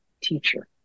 teacher